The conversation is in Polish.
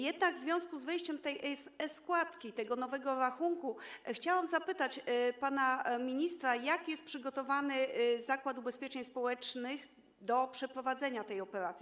Jednak w związku z wejściem tej e-składki, tego nowego rachunku chciałam zapytać pana ministra, jak jest przygotowany Zakład Ubezpieczeń Społecznych do przeprowadzenia tej operacji.